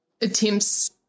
attempts